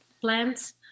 plants